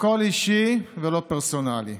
הכול אישי ולא פרסונלי.